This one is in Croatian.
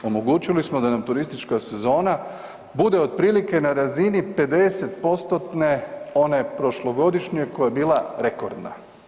Omogućili smo da nam turistička sezona bude otprilike na razini 50%-tne one prošlogodišnje koja je bila rekordna.